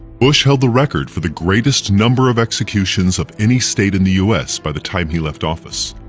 bush held the record for the greatest number of executions of any state in the u s. by the time he left office.